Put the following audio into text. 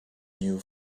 new